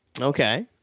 Okay